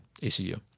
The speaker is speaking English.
ACU